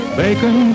bacon